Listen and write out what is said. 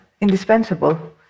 indispensable